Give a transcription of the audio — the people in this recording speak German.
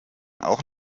auch